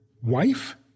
wife